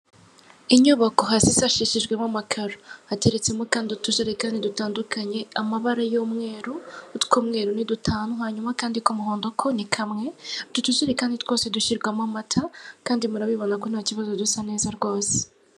Inyubako hasi zacishijwemo amakaro. Hateretsemo kandi utuherekani dutandukanye, amabara y'umweru, utw'umweru ni dutanu hanyuma akandi k'umuhondo ko ni kamwe. Utu tujerekani twose dushyirwamo amata, kandi murabibona ko ntakibazo dusa neza rwose.